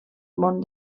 món